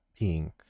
peeing